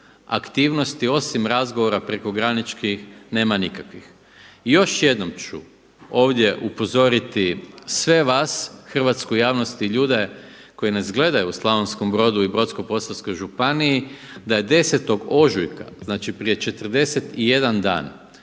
aktivnosti osim razgovara prekograničnih nema nikakvih. I još jednom ću ovdje upozoriti sve vas, Hrvatsku javnost i ljude koji nas gledaju u Slavonskom Brodu i Brodsko-posavskoj županiji da je 10. ožujka znači prije 41 dan